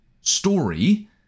story